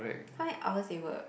how many hours they work